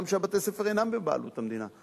גם כשבתי-הספר אינם בבעלות המדינה,